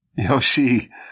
Yoshi